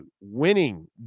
winning